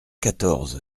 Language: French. quatorze